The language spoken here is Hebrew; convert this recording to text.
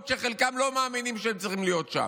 שחלקם לא מאמינים שהם צריכים להיות שם,